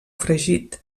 fregit